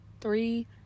three